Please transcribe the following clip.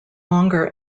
longer